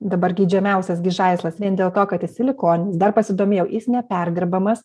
dabar geidžiamiausias gi žaislas vien dėl to kad jis silikoninis dar pasidomėjau jis neperdirbamas